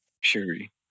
Shuri